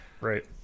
Right